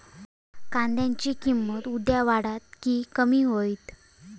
कांद्याची किंमत उद्या वाढात की कमी होईत?